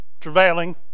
travailing